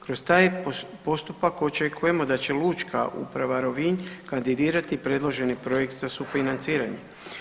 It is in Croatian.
Kroz taj postupak očekujemo da će Lučka uprava Rovinj kandidirati predloženi projekt za sufinanciranje.